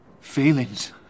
Feelings